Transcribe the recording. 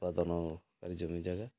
ଉତ୍ପାଦନ କରି ଜମି ଜାଗା